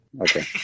Okay